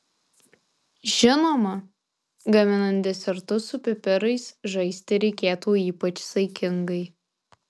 žinoma gaminant desertus su pipirais žaisti reikėtų ypač saikingai